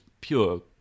pure